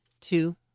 two